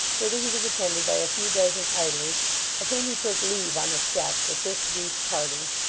whither he was attended by a few dozen idlers of whom he took leave on the steps with this brief parting,